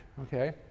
Okay